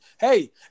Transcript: hey